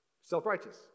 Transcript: self-righteous